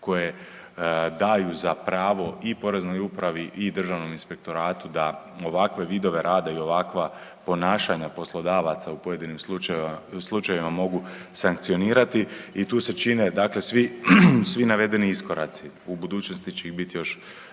koje daju za pravo i Poreznoj upravi i Državnom inspektoratu da ovakve vidove rada i ovakva ponašanja poslodavaca u pojedinim slučajevima mogu sankcionirati i tu se čine, dakle, svi navedeni iskoraci. U budućnosti će ih biti još